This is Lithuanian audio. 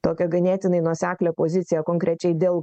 tokią ganėtinai nuoseklią poziciją konkrečiai dėl